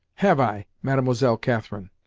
have i, mademoiselle katherine?